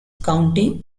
county